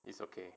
it's okay